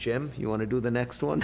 jim you want to do the next one